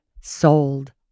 sold